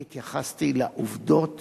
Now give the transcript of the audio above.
אני התייחסתי לעובדות